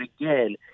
again